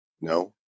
no